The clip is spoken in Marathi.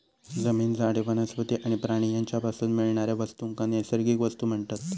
जमीन, झाडे, वनस्पती आणि प्राणी यांच्यापासून मिळणाऱ्या वस्तूंका नैसर्गिक वस्तू म्हणतत